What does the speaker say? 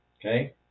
okay